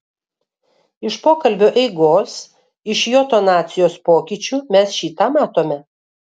iš pokalbio eigos iš jo tonacijos pokyčių mes šį tą matome